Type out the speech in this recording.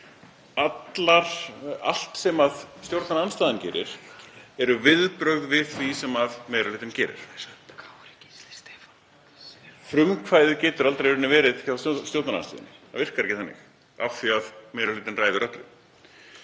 Allt sem stjórnarandstaðan gerir eru viðbrögð við því sem meiri hlutinn gerir. Frumkvæðið getur aldrei verið hjá stjórnarandstöðunni, það virkar ekki þannig af því að meiri hlutinn ræður öllu.